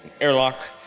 airlock